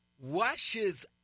washes